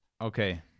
Okay